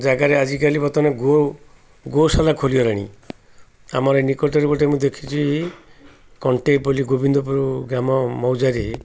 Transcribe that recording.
ଜାଗାରେ ଆଜିକାଲି ବର୍ତ୍ତମାନ ଗୋ ଗୋଶାଳା ଖୋଲିଗଲାଣି ଆମର ଏ ନିକଟରେ ଗୋଟେ ମୁଁ ଦେଖିଛି ଏ କଣ୍ଟେ ବୋଲି ଗୋବିନ୍ଦପୁର ଗ୍ରାମ ମଉଜାରେ